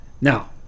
Now